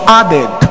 added